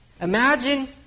Imagine